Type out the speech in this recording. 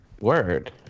Word